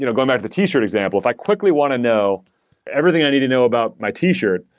you know going back to the t-shirt example. if i quickly want to know everything i need to know about my t-shirt,